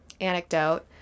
anecdote